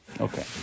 Okay